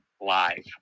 live